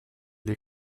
les